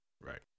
right